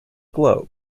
globe